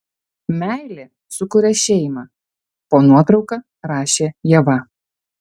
meilė sukuria šeimą po nuotrauka rašė ieva